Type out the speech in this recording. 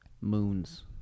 moons